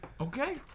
Okay